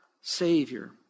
Savior